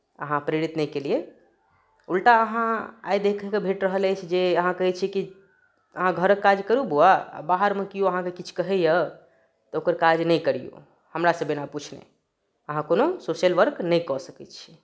अहाँ प्रेरित नहि केलियै उल्टा अहाँ आइ देखैके भेट रहल अछि जे अहाँ कहै छियै कि अहाँ घरक काज करू बौआ आ बाहरमे केओ अहाँकेँ किछु कहैए तऽ ओकर काज नहि करियौ हमरासँ बिना पुछने अहाँ कोनो सोशल वर्क नहि कऽ सकैत छी